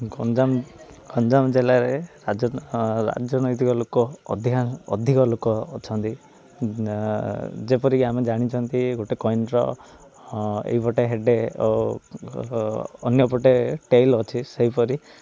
ଗଞ୍ଜାମ ଗଞ୍ଜାମ ଜିଲ୍ଲାରେ ରାଜନୈତିକ ଲୋକ ଅଧିକ ଲୋକ ଅଛନ୍ତି ଯେପରିକି ଆମେ ଜାଣିଛନ୍ତି ଗୋଟେ କଏନ୍ର ହଁ ଏଇ ପଟେ ହେଡ଼ ଓ ଅନ୍ୟ ପଟେ ଟେଲ୍ ଅଛି ସେହିପରି